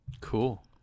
cool